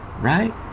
right